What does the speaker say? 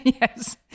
Yes